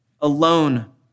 alone